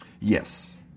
Yes